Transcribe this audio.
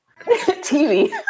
TV